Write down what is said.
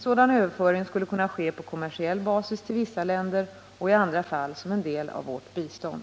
Sådan överföring skulle kunna ske på kommersiell basis till vissa länder och i andra fall som en del av vårt bistånd.